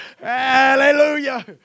Hallelujah